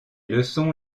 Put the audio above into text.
leçons